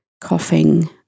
Coughing